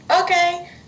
okay